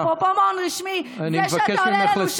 אפרופו מעון רשמי, זה שאתה עולה לנו,